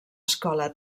escola